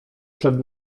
przed